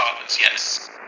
yes